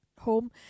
home